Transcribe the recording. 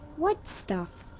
what stuff?